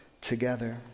together